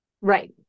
Right